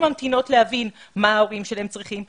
ממתינות להבין מה ההורים שלהן צריכים,